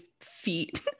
feet